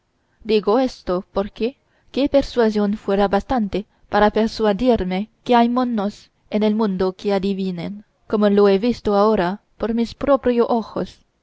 digo esto porque qué persuasión fuera bastante para persuadirme que hay monos en el mundo que adivinen como lo he visto ahora por mis propios ojos